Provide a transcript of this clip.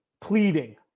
pleading